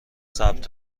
ثبت